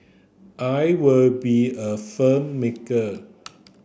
I would be a filmmaker